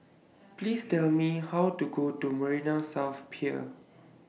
Please Tell Me How to Go to Marina South Pier